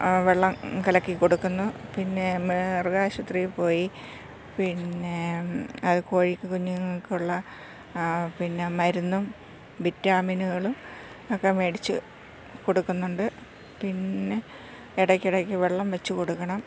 വെള്ളം കലക്കി കൊടുക്കുന്നു പിന്നെ മൃഗാശുപത്രിയിൽ പോയി പിന്നെ അത് കോഴിക്ക് കുഞ്ഞുങ്ങൾക്കുള്ള പിന്നെ മരുന്നും വിറ്റാമിനുകളും ഒക്കെ മേടിച്ചു കൊടുക്കുന്നുണ്ട് പിന്നെ ഇടയ്ക്കിടയ്ക്ക് വെള്ളം വച്ചു കൊടുക്കണം